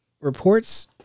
reports